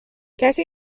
کسی